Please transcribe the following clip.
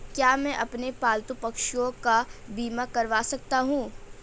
क्या मैं अपने पालतू पशुओं का बीमा करवा सकता हूं?